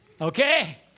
okay